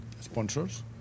sponsors